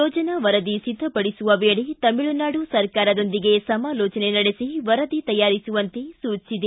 ಯೋಜನಾ ವರದಿ ಸಿದ್ದಪಡಿಸುವ ವೇಳೆ ತಮಿಳುನಾಡು ಸರ್ಕಾರದೊಂದಿಗೆ ಸಮಾಲೋಜನೆ ನಡೆಸಿ ವರದಿ ತಯಾರಿಸುವಂತೆ ಸೂಚಿಸಿದೆ